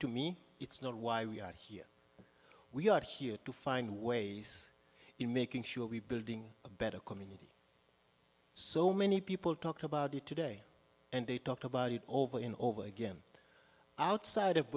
to me it's not why we're out here we are here to find ways in making sure we building a better community so many people talk about it today and they talk about it over and over again outside of